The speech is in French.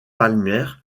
palmer